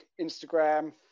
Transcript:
Instagram